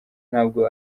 ntabwo